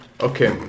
Okay